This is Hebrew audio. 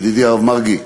ידידי הרב מרגי,